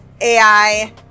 ai